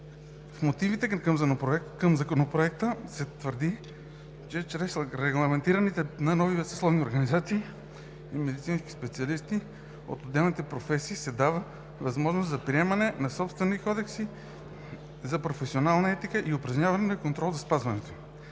В мотивите към Законопроекта се твърди, че чрез регламентирането на нови съсловни организации на медицинските специалисти от отделни професии се дава възможност за приемане на собствени кодекси за професионална етика и упражняване на контрол по спазването